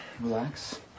Relax